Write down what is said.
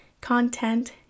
content